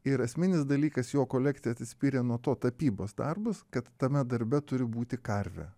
ir esminis dalykas jo kolekcija atsispyrė nuo to tapybos darbus kad tame darbe turi būti karvė